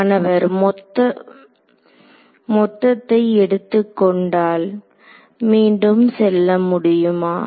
மாணவர் மொத்த மொத்தத்தை எடுத்துக் கொண்டால் மீண்டும் சொல்ல முடியுமா